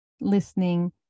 listening